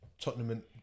Tottenham